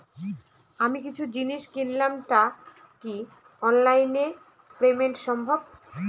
আমি কিছু জিনিস কিনলাম টা কি অনলাইন এ পেমেন্ট সম্বভ?